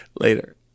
Later